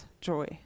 joy